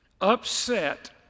upset